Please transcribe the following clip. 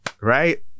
right